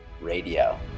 Radio